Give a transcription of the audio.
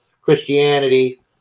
Christianity